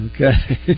Okay